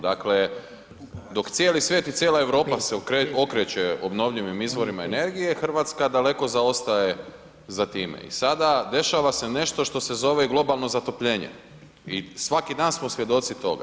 Dakle, dok cijeli svijet i cijela Europa okreće obnovljivim izvorima energije, RH daleko zaostaje za time i sada dešava se nešto što se zove globalno zatopljenje i svaki dan smo svjedoci toga.